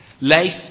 Life